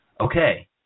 okay